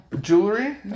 Jewelry